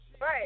Right